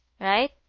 Right